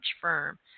firm